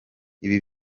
ibi